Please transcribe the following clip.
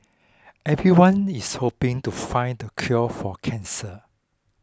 everyone is hoping to find the cure for cancer